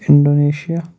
Indonesia